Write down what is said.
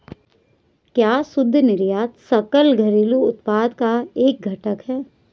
क्या शुद्ध निर्यात सकल घरेलू उत्पाद का एक घटक है?